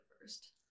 first